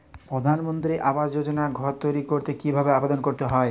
প্রধানমন্ত্রী আবাস যোজনায় ঘর তৈরি করতে কিভাবে আবেদন করতে হবে?